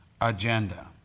agenda